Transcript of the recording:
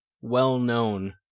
well-known